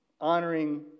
honoring